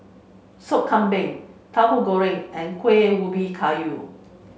Sop Kambing Tahu Goreng and Kuih Ubi Kayu